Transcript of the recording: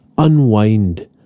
unwind